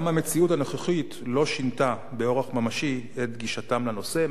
גם המציאות הנוכחית לא שינתה באורח ממשי את גישתם לנושא,